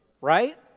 right